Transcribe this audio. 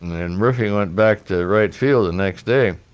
and ruffing went back to the right field the next day